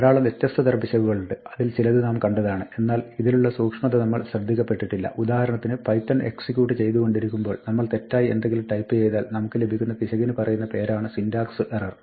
ധാരാളം വ്യത്യസ്തതരം പിശകുകളുണ്ട് അതിൽ ചിലത് നാം കണ്ടതാണ് എന്നാൽ ഇതിലുള്ള സൂക്ഷ്മത നമ്മൾ ശ്രദ്ധിക്കപ്പെട്ടിട്ടില്ല ഉദാഹരണത്തിന് പൈത്തൺ എക്സിക്യൂട്ട് ചെയ്തുകൊണ്ടിരിക്കുമ്പോൾ നമ്മൾ തെറ്റായി എന്തെങ്കിലും ടൈപ്പ് ചെയ്താൽ നമുക്ക് ലഭിക്കുന്ന പിശകിന് പറയുന്ന പേരാണ് സിന്റാക്സ് എറർ